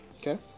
okay